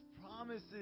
promises